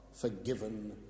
forgiven